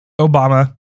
Obama